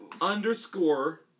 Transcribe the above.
Underscore